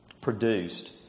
produced